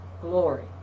glory